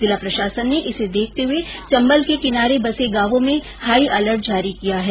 जिला प्रशासन ने इसे देखते हुए चंबल के किनारे बसे गांवों में हाई अलर्ट जारी किया है